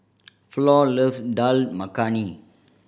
Flor love Dal Makhani